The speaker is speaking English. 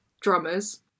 drummers